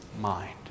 mind